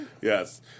Yes